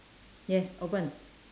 yes open